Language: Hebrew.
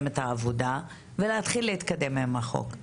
את העבודה ולהתחיל להתקדם עם החוק.